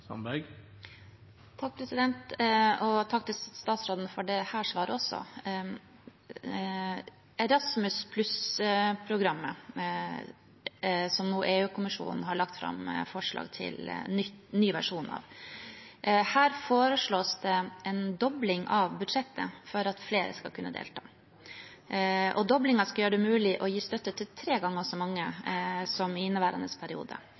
Takk til statsråden for dette svaret også. Når det gjelder Erasmus+-programmet, som EU-kommisjonen har lagt fram et forslag om ny versjon av, foreslås det en dobling av budsjettet for at flere skal kunne delta. Doblingen skal gjøre det mulig å gi støtte til tre ganger så mange som i inneværende periode.